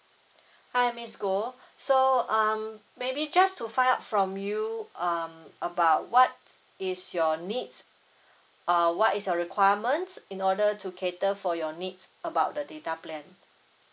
hi miss goh so um maybe just to find out from you um about what is your needs uh what is your requirements in order to cater for your needs about the data plan